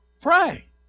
pray